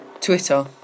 twitter